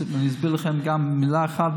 אני אסביר לכם במילה אחת,